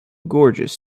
gorgeous